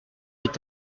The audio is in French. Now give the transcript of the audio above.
est